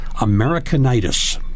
Americanitis